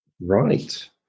Right